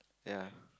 ya